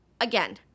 Again